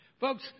Folks